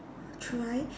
try